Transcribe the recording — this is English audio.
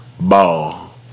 ball